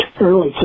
early